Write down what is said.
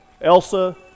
Elsa